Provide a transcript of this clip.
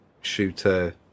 shooter